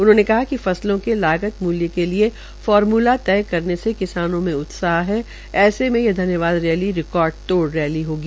उन्होंने कहा कि फसलों के लागत मूल्य के लिए फार्मूला तय करने से किसानों में उत्साह है ऐसे में यह धन्यवाद रैली रिकार्ड तोड़ रैली होगी